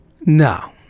No